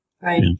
Right